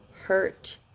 hurt